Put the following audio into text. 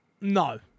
no